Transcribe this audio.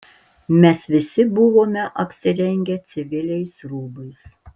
mes visi buvome apsirengę civiliais rūbais